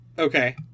Okay